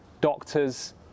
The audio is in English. doctors